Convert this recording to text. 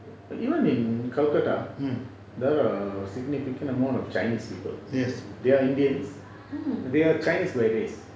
yes